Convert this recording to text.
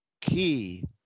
key